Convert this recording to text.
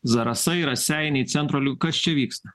zarasai raseiniai centro liu kas čia vyksta